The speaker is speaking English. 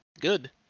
good